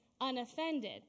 unoffended